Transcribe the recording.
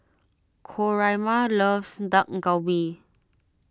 Coraima loves Dak Galbi